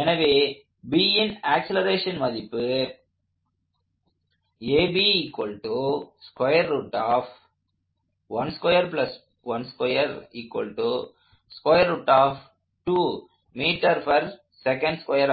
எனவே Bன் ஆக்ஸலரேஷன் மதிப்பு